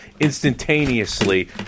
instantaneously